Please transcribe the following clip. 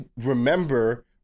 remember